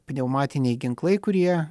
pneumatiniai ginklai kurie